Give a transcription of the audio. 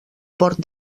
port